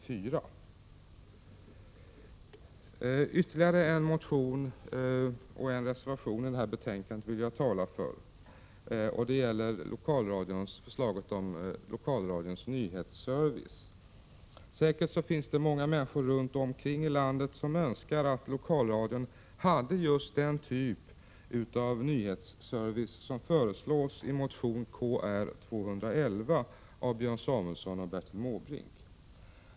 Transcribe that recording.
Jag vill tala för ytterligare en motion och en reservation i det här betänkandet. De gäller förslaget om lokalradions nyhetsservice. Det finns säkert många människor runt omkring i landet som önskar att lokalradion hade just den typ av nyhetsservice som föreslås i motion Kr211 av Björn Samuelson och Bertil Måbrink.